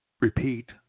repeat